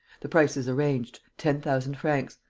the price is arranged ten thousand francs.